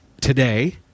today